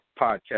podcast